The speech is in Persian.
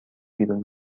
بیرون